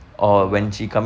!wah!